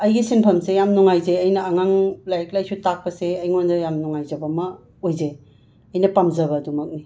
ꯑꯩꯒꯤ ꯁꯤꯟꯐꯝꯁꯤ ꯌꯥꯝꯅ ꯅꯨꯡꯉꯥꯏꯖꯩ ꯑꯩꯅ ꯑꯉꯥꯡ ꯂꯥꯏꯔꯤꯛ ꯂꯥꯏꯁꯨ ꯇꯥꯛꯄꯁꯦ ꯑꯩꯉꯣꯟꯗ ꯌꯥꯝꯅ ꯅꯨꯡꯉꯥꯏꯖꯕ ꯑꯃ ꯑꯣꯏꯖꯩ ꯑꯩꯅ ꯄꯥꯝꯖꯕ ꯑꯗꯨꯃꯛꯅꯤ